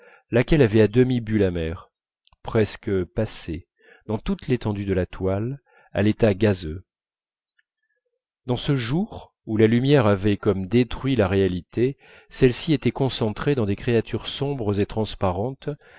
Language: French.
laquelle avait à demi bu la mer presque passée dans toute l'étendue de la toile à l'état gazeux dans ce jour où la lumière avait comme détruit la réalité celle-ci était concentrée dans des créatures sombres et transparentes